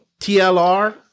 TLR